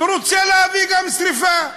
והוא רוצה להביא גם שרפה.